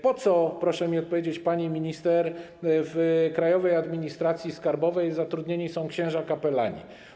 Proszę mi powiedzieć, pani minister, po co w Krajowej Administracji Skarbowej zatrudnieni są księża kapelani.